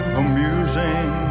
amusing